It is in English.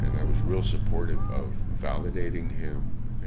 and i was real supportive of validating him and,